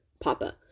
Papa